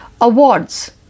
awards